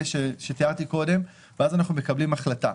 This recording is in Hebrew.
שתיארתי קודם ואז אנחנו מקבלים החלטה.